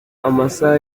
amasaha